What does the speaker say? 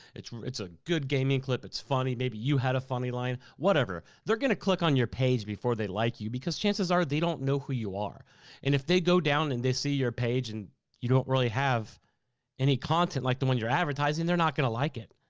it's it's a good gaming clip. it's funny, maybe you had a funny line, whatever. they're gonna click on your page before they like you, because chances are they don't know who you are. and if they go down and they see your page and you don't really have any content like the one you're advertising, they're not gonna like it.